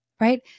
right